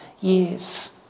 years